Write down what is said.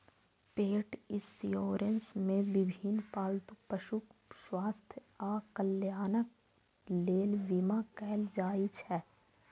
पेट इंश्योरेंस मे विभिन्न पालतू पशुक स्वास्थ्य आ कल्याणक लेल बीमा कैल जाइ छै